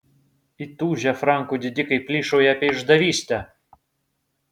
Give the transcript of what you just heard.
įtūžę frankų didikai plyšauja apie išdavystę